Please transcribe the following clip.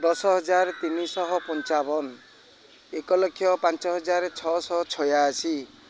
ଦଶ ହଜାର ତିନିଶହ ପଞ୍ଚାବନ ଏକଲକ୍ଷ ପାଞ୍ଚ ହଜାର ଛଅଶହ ଛୟାଅଶି